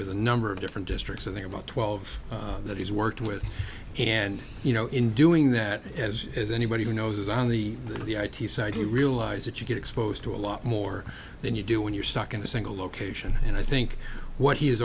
with a number of different districts and they're about twelve that he's worked with and you know in doing that as is anybody who knows is on the the i t side you realize that you get exposed to a lot more than you do when you're stuck in a single location and i think what he